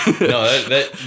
No